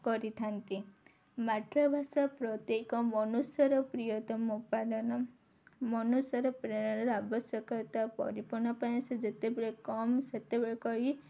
କରିଥାନ୍ତି ମାତୃଭାଷା ପ୍ରତ୍ୟେକ ମନୁଷ୍ୟର ପ୍ରିୟତମ ଉପାଦାନ ମନୁଷ୍ୟର ପ୍ରେରଣାର ଆବଶ୍ୟକତା ପରିପୂର୍ଣ୍ଣ ପାଇଁ ସେ ଯେତେବେଳେ କମ୍ ସେତେବେଳେ କରି